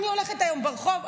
אני הולכת היום ברחוב,